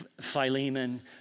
Philemon